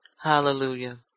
Hallelujah